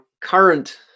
current